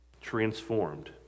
transformed